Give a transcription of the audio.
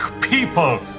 people